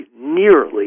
nearly